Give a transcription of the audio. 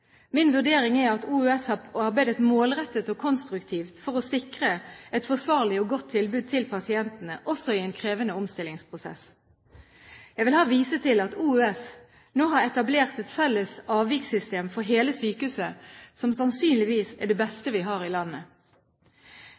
Min vurdering er at Oslo universitetssykehus har arbeidet målrettet og konstruktivt for å sikre et forsvarlig og godt tilbud til pasientene, også i en krevende omstillingsprosess. Jeg vil her vise til at Oslo universitetssykehus nå har etablert et felles avvikssystem for hele sykehuset, som sannsynligvis er det beste vi har i landet.